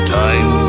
time